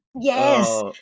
Yes